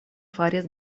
faris